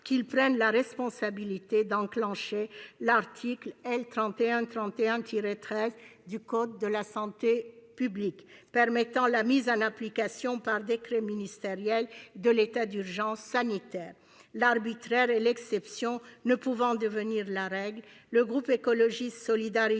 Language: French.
qu'il prenne la responsabilité d'enclencher l'article L. 3131-13 du code de la santé publique, permettant la mise en application par décret ministériel de l'état d'urgence sanitaire. L'arbitraire et l'exception ne pouvant devenir la règle, le groupe Écologiste - Solidarité